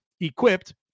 equipped